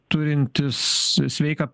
turintis sveiką